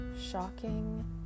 shocking